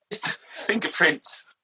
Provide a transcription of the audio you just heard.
fingerprints